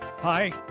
Hi